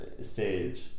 stage